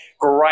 great